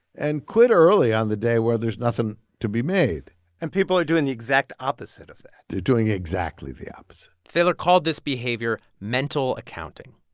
and quit early on the day where there's nothing to be made and people are doing the exact opposite of that they're doing exactly the opposite thaler called this behavior mental accounting.